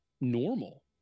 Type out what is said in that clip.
normal